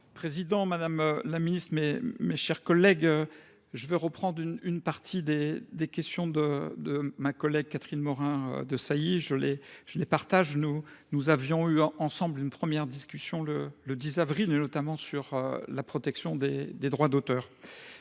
Président, Madame la Ministre, mes chers collègues. Je veux reprendre une partie des questions de ma collègue Catherine Morin de Sailly. Je les partage. Nous avions eu ensemble une première discussion le 10 avril, notamment sur la protection des droits d'auteur.